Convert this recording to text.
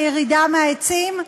לירידה מהעצים,